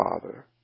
Father